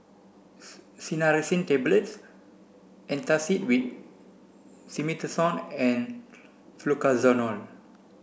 Cinnarizine Tablets Antacid with Simethicone and Fluconazole